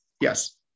Yes